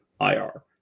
IR